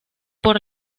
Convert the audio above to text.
por